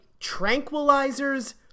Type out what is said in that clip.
tranquilizers